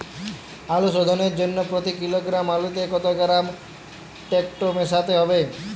আলু শোধনের জন্য প্রতি কিলোগ্রাম আলুতে কত গ্রাম টেকটো মেশাতে হবে?